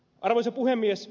arvoisa puhemies